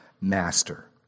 master